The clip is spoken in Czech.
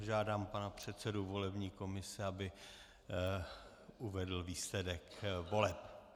Žádám pana předsedu volební komise, aby uvedl výsledek voleb.